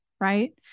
right